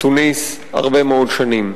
בתוניסיה הרבה מאוד שנים.